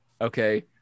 Okay